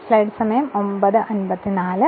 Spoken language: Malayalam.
നിസ്സാരമാണോ